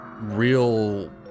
real